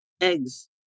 eggs